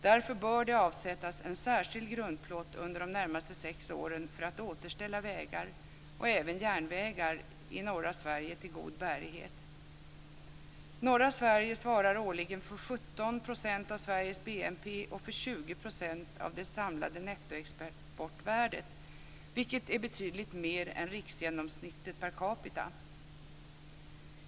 Därför bör det avsättas en särskild grundplåt under de närmaste sex åren för att återställa vägar - och även järnvägar - i norra Sverige till god bärighet. Norra Sverige svarar årligen för 17 % av Sveriges BNP och för 20 % av det samlade nettoexportvärdet, vilket är betydligt mer än riksgenomsnittet per capita.